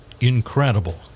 incredible